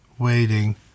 waiting